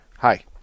Hi